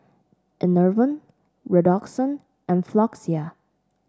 Enervon Redoxon and Floxia